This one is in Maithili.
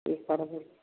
कि करबै